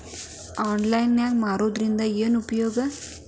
Online ನಾಗ್ ಮಾರೋದ್ರಿಂದ ಏನು ಉಪಯೋಗ?